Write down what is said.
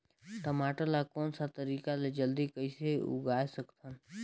टमाटर ला कोन सा तरीका ले जल्दी कइसे उगाय सकथन?